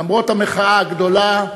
למרות המחאה הגדולה,